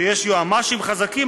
כשיש יועמ"שים חזקים,